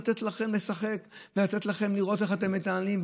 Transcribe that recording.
לתת לכם לשחק ולתת לכם לראות איך אתם מתנהלים,